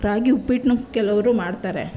ರಾಗಿ ಉಪ್ಪಿಟ್ಟನ್ನೂ ಕೆಲವರು ಮಾಡ್ತಾರೆ